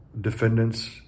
defendants